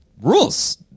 rules